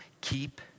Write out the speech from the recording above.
Keep